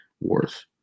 worth